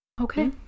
Okay